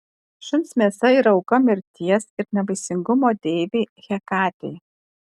šuns mėsa yra auka mirties ir nevaisingumo deivei hekatei